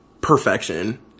Perfection